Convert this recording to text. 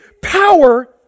power